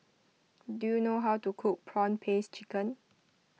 do you know how to cook Prawn Paste Chicken